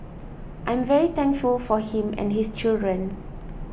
I'm very thankful for him and his children